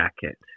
jacket